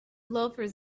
loafers